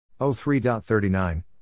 03.39